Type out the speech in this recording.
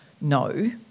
No